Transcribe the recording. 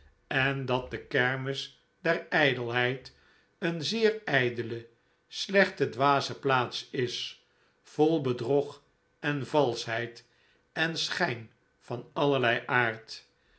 en dat de kermis der ijdelheid een zeer ijdele slechte dwaze plaats is vol bedrog en valschheid en schijn van allerlei aard